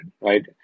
right